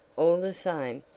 all the same,